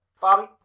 Bobby